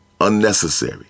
unnecessary